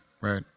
right